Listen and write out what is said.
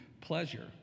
pleasure